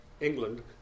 England